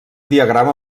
diagrama